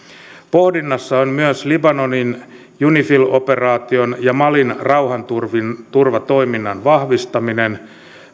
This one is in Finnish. pohdinnassa on myös libanonin unifil operaation ja malin rauhanturvatoiminnan vahvistaminen